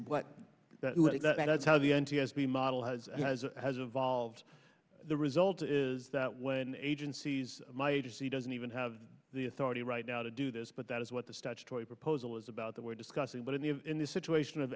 think that's how the n t s b model has evolved the result is that when agencies my agency doesn't even have the authority right now to do this but that is what the statutory proposal is about that we're discussing but in the in the situation of